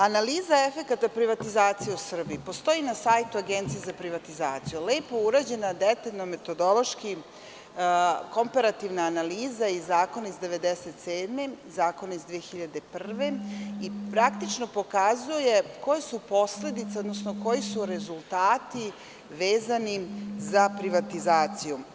Analiza efekata privatizacije u Srbiji postoji na sajtu Agencije za privatizaciju, lepo urađena, detaljno, metodološki, komparativna analiza i zakon iz 1997. godine, zakon iz 2001. godine, praktično pokazuje koje su posledice, odnosno koji su rezultati vezani za privatizaciju.